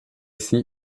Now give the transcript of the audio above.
see